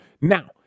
Now